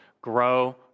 grow